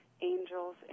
angels